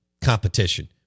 competition